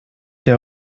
der